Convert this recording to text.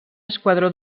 esquadró